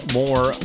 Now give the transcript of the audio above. more